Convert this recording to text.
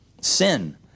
sin